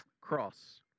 cross